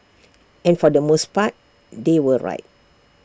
and for the most part they were right